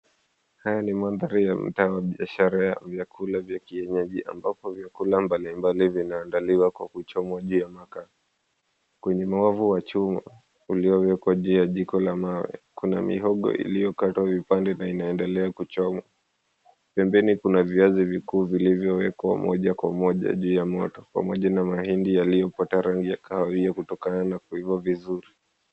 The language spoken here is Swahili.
Haya ni mandhari ya mtaa wa biashara ya vyakula vya kienyeji, ambapo vyakula mbalimbali vinaandaliwa kwa kuchomwa juu ya makaa. Kwenye mawavu wa chuma uliowekwa juu ya jiko la mawe kuna mihogo iliyokatwa vipande, vinaendelea kuchomwa. Pembeni, kuna viazi vikuu vilivyoekwa moja kwa moja juu ya moto, pamoja na mahindi yaliyopata rangi ya kahawia kutokana na kuiva vizuri.